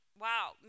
wow